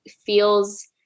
feels